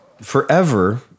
forever